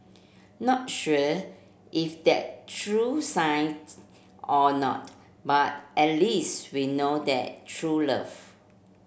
not sure if that's true science or not but at least we know that's true love